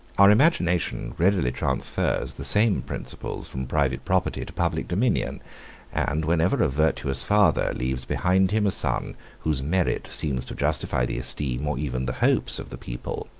our imagination readily transfers the same principles from private property to public dominion and whenever a virtuous father leaves behind him a son whose merit seems to justify the esteem, or even the hopes, of the people,